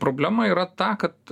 problema yra ta kad